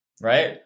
right